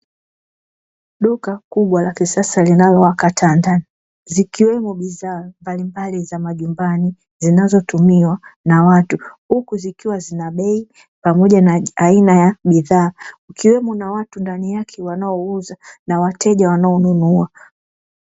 Duka kubwa la kisasa linalowaka taa ndani, zikiwemo bidhaa mbalimbali za majumbani zinazotumiwa na watu, huku zikiwa zina bei pamoja na aina ya bidhaa. Ikiwemo na watu ndani yake wanaouza na wateja wanaonunua.